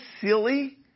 silly